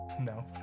no